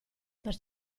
per